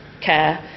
care